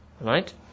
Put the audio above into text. Right